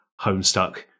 Homestuck